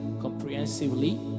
comprehensively